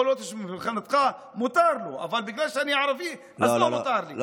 יכול להיות שמבחינתך מותר לו אבל בגלל שאני ערבי אז לא מותר לי.